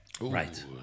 Right